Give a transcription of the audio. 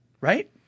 right